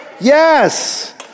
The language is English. Yes